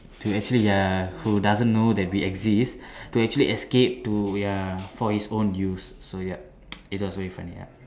to actually ya who doesn't know that we exist to actually escape to ya for his own use so yup it was very funny ya